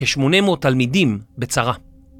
800 תלמידים בצרה